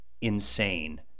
insane